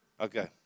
Okay